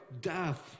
Death